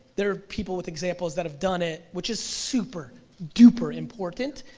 there are people with examples that have done it, which is super duper important.